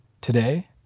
Today